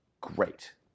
great